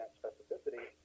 specificity